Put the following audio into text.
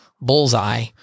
bullseye